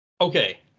Okay